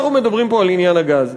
אנחנו מדברים פה על עניין הגז,